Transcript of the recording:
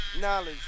Knowledge